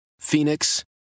Phoenix